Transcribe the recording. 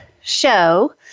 show